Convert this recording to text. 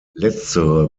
letztere